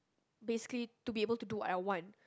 basically to be able to do what I want